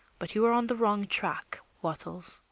but you are on the wrong track, wattles.